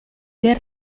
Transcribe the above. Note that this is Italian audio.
del